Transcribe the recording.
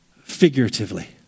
figuratively